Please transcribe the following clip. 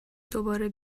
دوباره